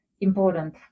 important